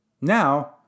Now